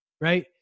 right